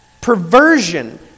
perversion